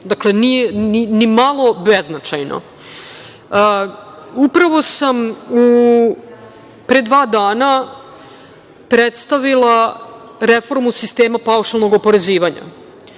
Dakle, nije ni malo beznačajno. Upravo sam pre dva dana predstavila reformu sistema paušalnog oporezivanja